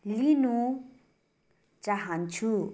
लिनु चाहन्छु